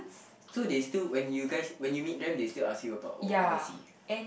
so they still when you guys when you meet them they still ask you about oh how is he